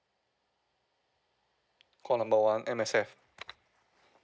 call number one M_S_F